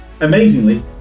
Amazingly